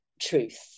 truth